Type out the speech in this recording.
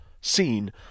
seen